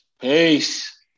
Peace